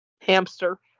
Hamster